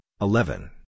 eleven